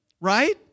right